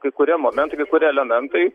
kai kurie momentai kai kurie elementai